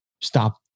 stop